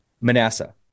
Manasseh